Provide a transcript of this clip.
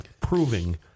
proving